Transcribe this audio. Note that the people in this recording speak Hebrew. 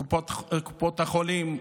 לקופות החולים,